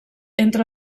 entre